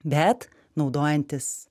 bet naudojantis